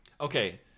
Okay